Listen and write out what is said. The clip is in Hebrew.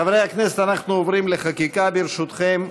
חברי הכנסת, אנחנו עוברים לחקיקה, ברשותכם.